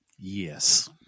Yes